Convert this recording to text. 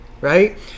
right